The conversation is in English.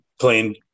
Playing